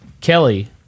Kelly